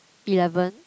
eleven